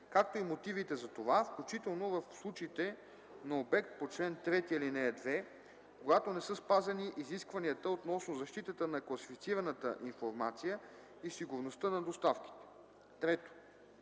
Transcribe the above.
както и мотивите за това, включително в случаите на обект по чл. 3, ал. 2, когато не са спазени изискванията относно защитата на класифицираната информация и сигурността на доставките; 3.